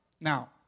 Now